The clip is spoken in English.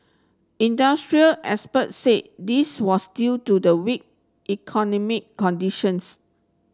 industrial experts said this was due to the weak economic conditions